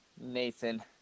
Nathan